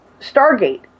Stargate